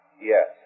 Yes